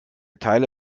teile